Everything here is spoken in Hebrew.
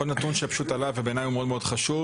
עוד נתון שפשוט עלה ובעיני הוא מאוד מאוד חשוב